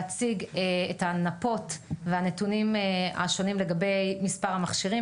להציג את הנפות והנתונים השונים לגבי מספר המכשירים,